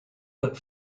but